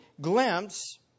glimpse